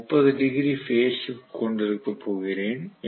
நான் 30 degree phase shift கொண்டிருக்கப் போகிறேன் எனவே